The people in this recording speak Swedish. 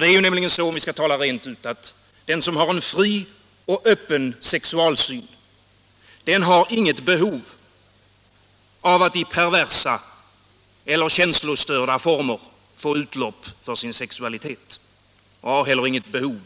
Det är nämligen så, om vi skall tala rent ut, att den som har en fri och öppen sexualsyn har inget behov av att i perversa eller käns lostörda former få utlopp för sin sexualitet, och han har heller inget - Nr 43 behov